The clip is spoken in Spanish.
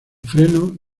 freno